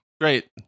Great